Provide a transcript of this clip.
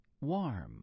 warm